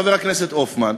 חבר הכנסת הופמן,